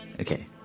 Okay